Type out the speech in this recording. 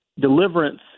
deliverance